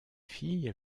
fille